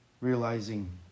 realizing